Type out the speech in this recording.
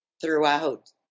throughout